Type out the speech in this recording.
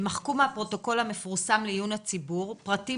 יימחקו מהפרוטוקול המפורסם לעיון הציבור פרטים